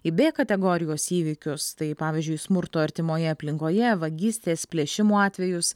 į b kategorijos įvykius tai pavyzdžiui smurto artimoje aplinkoje vagystės plėšimų atvejus